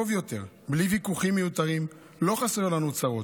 טוב יותר, בלי ויכוחים מיותרים, לא חסר לנו צרות,